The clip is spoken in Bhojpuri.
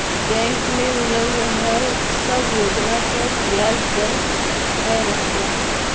बैंक में मिल रहल सब योजना पर ब्याज दर तय रहला